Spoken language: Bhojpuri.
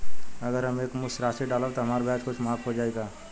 अगर हम एक मुस्त राशी डालब त हमार ब्याज कुछ माफ हो जायी का?